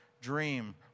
dream